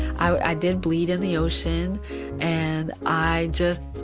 i did bleed in the ocean and i just,